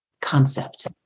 concept